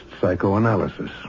psychoanalysis